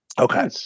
okay